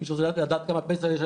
מי שרוצה לדעת כמה פנסיה לשלם,